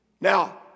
Now